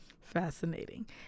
Fascinating